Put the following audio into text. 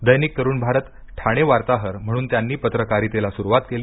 दैनिक तरुण भारत ठाणे वार्ताहर म्हणून त्यांनी पत्रकरितेला सुरुवात केली